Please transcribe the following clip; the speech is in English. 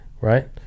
right